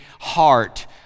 heart